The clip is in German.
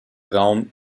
raum